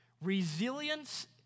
Resilience